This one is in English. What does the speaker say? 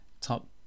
top